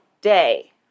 day